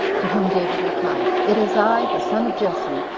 to whom david replied, it is i, the son of jesse,